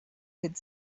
could